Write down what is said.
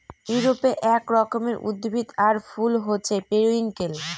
ইউরোপে এক রকমের উদ্ভিদ আর ফুল হছে পেরিউইঙ্কেল